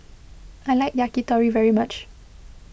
I like Yakitori very much